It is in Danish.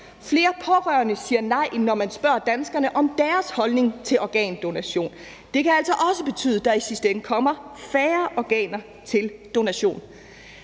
Flere pårørende siger nej, end når man spørger danskerne om deres holdning til organdonation. Det kan altså også betyde, at der i sidste ende kommer færre organer til donation.